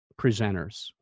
presenters